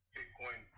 Bitcoin